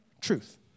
truth